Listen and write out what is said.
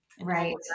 Right